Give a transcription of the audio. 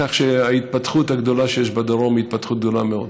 כך שההתפתחות הגדולה שיש בדרום היא התפתחות גדולה מאוד.